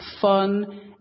fun